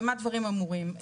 במה דברים אמורים?